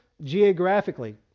geographically